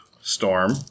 storm